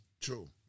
true